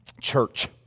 Church